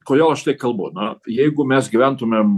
kodėl aš tai kalbu na jeigu mes gyventumėm